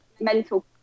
mental